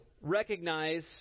recognize